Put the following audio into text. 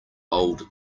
old